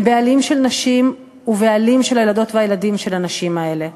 הם בעלים של נשים ובעלים של הילדות והילדים של הנשים האלה,